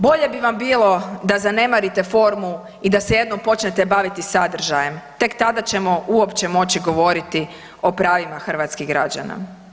Bolje bi vam bilo da zanemarite formu i da se jednom počnete baviti sadržajem, tek tada ćemo uopće moći govoriti o pravima hrvatskih građana.